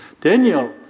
Daniel